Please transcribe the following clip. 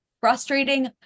frustrating